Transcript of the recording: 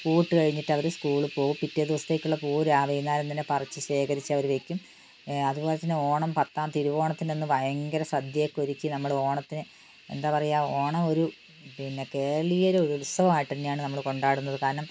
പൂവിട്ട് കഴിഞ്ഞിട്ട് അവര് സ്കൂളില് പോകും പിറ്റേ ദിവസത്തേക്കുള്ള പൂവ് വൈകുന്നേരം തന്നെ പറിച്ച് ശേഖരിച്ചവര് വെയ്ക്കും അതുപോലെതന്നെ ഓണം പത്താം ദിവസം തിരുവോണത്തിൻ്റെ അന്ന് ഭയങ്കരം സദ്യയൊക്കെ ഒരുക്കി നമ്മള് ഓണത്തിന് എന്താണ് പറയുക ഓണം ഒരു പിന്നെ കേരളീയര് ഉത്സവമായിട്ട് തന്നെയാണ് നമ്മള് കൊണ്ടാടുന്നത് കാരണം